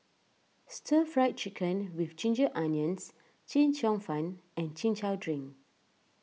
Stir Fried Chicken with Ginger Onions Chee Cheong Fun and Chin Chow Drink